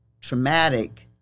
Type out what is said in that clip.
traumatic